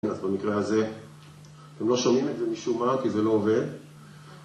אז במקרה הזה, אתם לא שומעים את זה משום מה כי זה לא עובד..